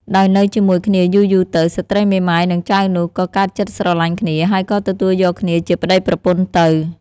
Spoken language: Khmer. ដោយនៅជាមួយគ្នាយូរៗទៅ ស្ត្រីមេម៉ាយនិងចៅនោះ ក៏កើតចិត្តស្រឡាញ់គ្នា ហើយក៏ទទួលយកគ្នាជាប្តីប្រពន្ធទៅ។